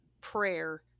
prayer